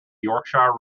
yorkshire